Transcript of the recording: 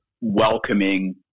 welcoming